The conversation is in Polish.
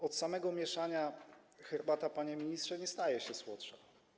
Od samego mieszania herbata, panie ministrze, nie staje się słodsza.